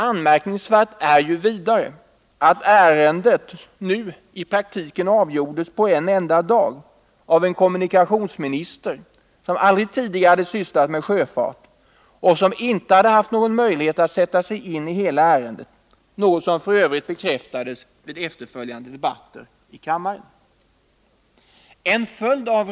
Anmärkningsvärt är vidare att ärendet i praktiken nu avgjordes på en dag av en kommunikationsminister, som aldrig tidigare hade sysslat med sjöfart och som inte haft någon möjlighet att sätta sig in i hela ärendet — något som f. ö. bekräftades vid efterföljande debatter i kammaren.